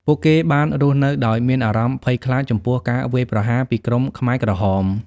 ពួកគេបានរស់នៅដោយមានអារម្មណ៍ភ័យខ្លាចចំពោះការវាយប្រហារពីក្រុមខ្មែរក្រហម។